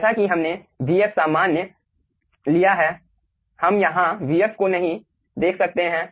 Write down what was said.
जैसा कि हमने vf सामान्य लिया है हम यहाँ vf को नहीं देख सकते हैं